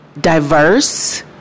diverse